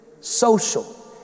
social